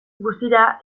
guztira